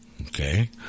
Okay